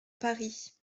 paris